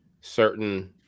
certain